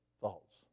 Thoughts